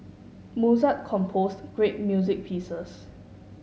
Mozart composed great music pieces